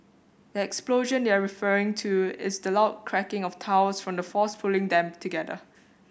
the explosion they're referring to is the loud cracking of tiles from the force pulling them together